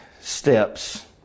steps